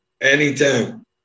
Anytime